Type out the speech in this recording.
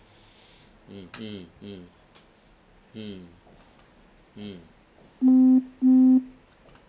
mm mm mm mm mm